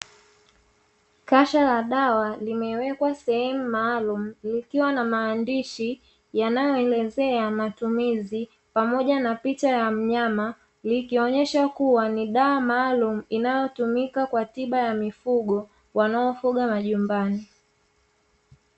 Kasha la dawa limewekwa sehemu maalumu likiwa na maandishi yanayoelezea matumizi pamoja na picha ya mnyama, likionyesha kuwa ni dawa maalumu inayotumika kwa tiba ya mifugo wanaofuga majumbani.